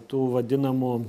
tų vadinamų